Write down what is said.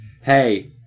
hey